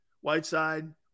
Whiteside